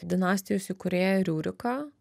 dinastijos įkūrėją riuriką